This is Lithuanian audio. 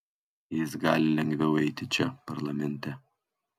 jis gali lengviau eiti čia parlamente